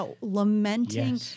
Lamenting